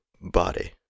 body